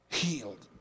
healed